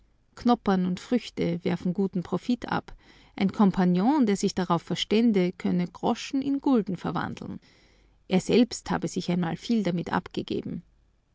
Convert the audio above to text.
knoppern und früchte werfen guten profit ab ein compagnon der sich darauf verstände könnte groschen in gulden verwandeln er selbst habe sich einmal viel damit abgegeben